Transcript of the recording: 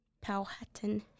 Powhatan